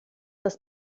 das